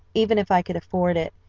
even if i could afford it,